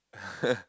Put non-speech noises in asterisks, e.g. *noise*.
*laughs*